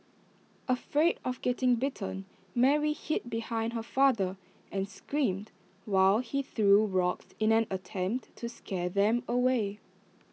afraid of getting bitten Mary hid behind her father and screamed while he threw rocks in an attempt to scare them away